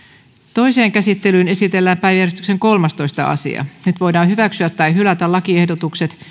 toiseen käsittelyyn esitellään päiväjärjestyksen kolmastoista asia nyt voidaan hyväksyä tai hylätä lakiehdotukset